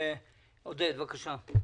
עודד, בבקשה.